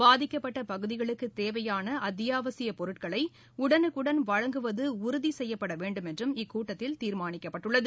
பாதிக்கப்பட்ட பகுதிகளுக்கு தேவையான அத்தியாவசிய பொருட்களை உடனுக்குடன் வழங்குவது உறுதி செய்யப்பட வேண்டும் என்று இக்கூட்டத்தில் தீர்மானிக்கப்பட்டுள்ளது